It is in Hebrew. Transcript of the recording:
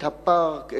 את הפארק,